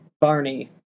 Barney